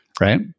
Right